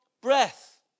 breath